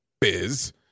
biz